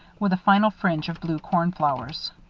with a final fringe of blue cornflowers.